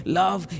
love